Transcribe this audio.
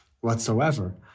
whatsoever